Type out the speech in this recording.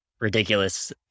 ridiculous